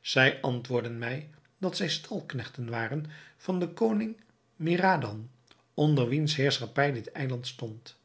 zij antwoordden mij dat zij stalknechten waren van den koning mihradhan onder wiens heerschappij dit eiland stond